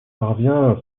parvient